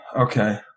Okay